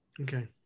Okay